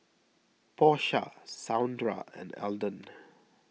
Porsha Saundra and Alden